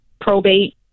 probate